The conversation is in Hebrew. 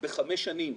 בחמש שנים